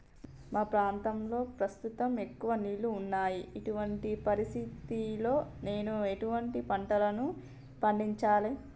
మా ప్రాంతంలో ప్రస్తుతం ఎక్కువ నీళ్లు ఉన్నాయి, ఇటువంటి పరిస్థితిలో నేను ఎటువంటి పంటలను పండించాలే?